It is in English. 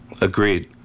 Agreed